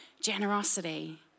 generosity